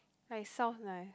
like sounds nice